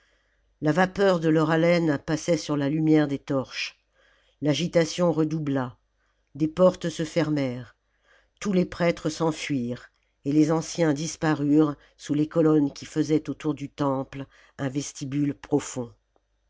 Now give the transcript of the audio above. la vapeur de leur haleine passait sur la lumière des torches l'agitation redoubla des portes se fermèrent tous les prêtres s'enfuirent et les anciens disparurent sous les colonnes qui faisaient autour du temple un vestibule profond